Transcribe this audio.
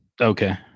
Okay